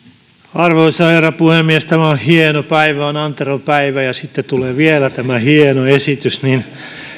arvoisa herra puhemies tämä on hieno päivä kun on anteron päivä ja sitten tulee vielä tämä hieno esitys niin